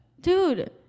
dude